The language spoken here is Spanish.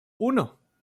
uno